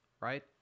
right